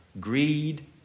greed